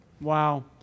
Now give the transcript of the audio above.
Wow